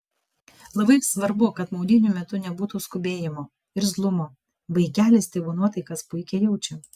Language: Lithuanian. labai svarbu kad maudynių metu nebūtų skubėjimo irzlumo vaikelis tėvų nuotaikas puikiai jaučia